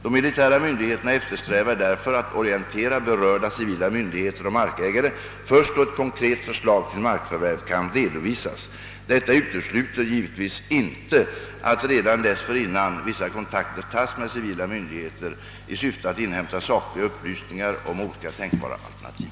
De militära myndigheterna eftersträvar därför att orientera berörda civila myndigheter och markägare först då ett konkret förslag till markförvärv kan redovisas. Detta utesluter givetvis inte att redan dessförinnan vissa kontakter tas med civila myndigheter i syfte att inhämta sakliga upplysningar om olika tänkbara alternativ.